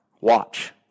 Watch